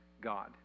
God